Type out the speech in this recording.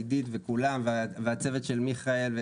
עידית וכולם, והצוות של מיכאל,